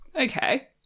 Okay